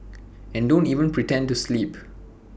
and don't even pretend to sleep